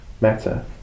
matter